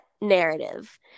narrative